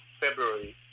February